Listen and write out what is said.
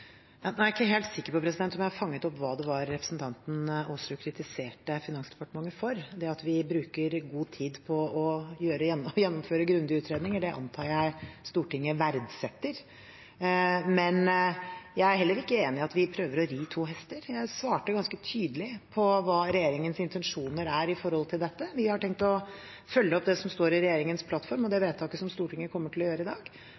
er jeg ikke helt sikker på om jeg fanget opp hva det var representanten Aasrud kritiserte Finansdepartementet for. Det at vi bruker god tid på å gjennomføre grundige utredninger, antar jeg Stortinget verdsetter. Jeg er heller ikke enig i at vi prøver å ri to hester. Jeg svarte ganske tydelig på hva regjeringens intensjon er når det gjelder dette. Vi har tenkt å følge opp det som står i regjeringens plattform, og det vedtaket som Stortinget kommer til å gjøre i dag